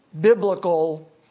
biblical